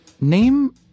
Name